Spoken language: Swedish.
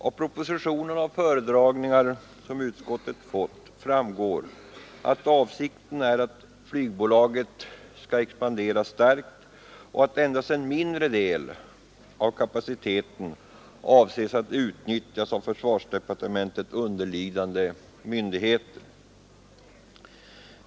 Av propositionen och av föredragningar som utskottet fått framgår att avsikten är att flygföretaget skall expandera starkt och att endast en mindre del av kapaciteten avses att utnyttjas av försvarsdepartementet underlydande myndigheter.